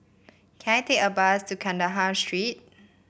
can I take a bus to Kandahar Street